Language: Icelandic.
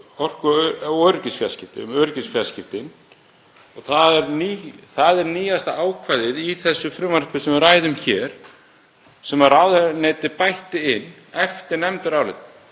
Það er nýjasta ákvæðið í þessu frumvarpi sem við ræðum hér sem ráðuneytið bætti inn eftir nefndarálit.